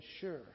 sure